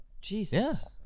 Jesus